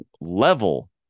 level